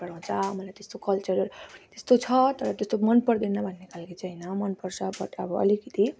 मन पराउँछ मलाई त्यस्तो कल्चरल त्यस्तो छ तर त्यस्तो मन पर्दैन भन्ने खालको चाहिँ होइन मनपर्छ बट अब अलिकति